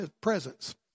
presence